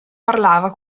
parlava